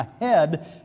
ahead